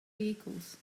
vehicles